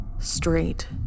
straight